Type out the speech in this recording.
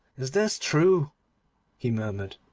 is this true he murmured.